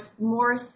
more